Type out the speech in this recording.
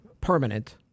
permanent